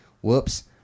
Whoops